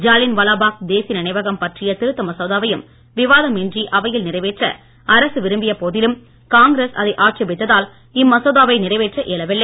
ஜாலியன் வாலாபாத் தேசிய நினைவகம் பற்றிய திருத்த மசோதாவையும் விவாதம் இன்றி அவையில் நிறைவேற்ற அரசு விரும்பிய போதிலும் காங்கிரஸ் அதை ஆட்சேபித்ததால் இம் மசோதாவை நிறைவேற்ற இயலவில்லை